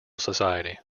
society